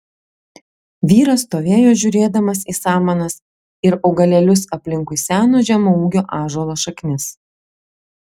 vyras stovėjo žiūrėdamas į samanas ir augalėlius aplinkui seno žemaūgio ąžuolo šaknis